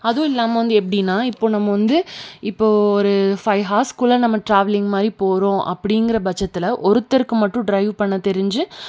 அதுவும் இல்லாமல் வந்து எப்படின்னா இப்போது நம்ம வந்து இப்போது ஒரு ஃபைவ் ஹார்ஸ்க்குள்ள நம்ம டிராவலிங் மாதிரி போகிறோம் அப்படிங்கிற பட்சத்தில் ஒருத்தருக்கு மட்டும் டிரைவ் பண்ண தெரிஞ்சு